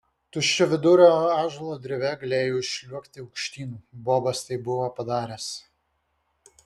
tuščiavidurio ąžuolo dreve galėjai užsliuogti aukštyn bobas tai buvo padaręs